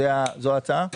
זאת ההצעה?